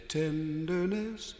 tenderness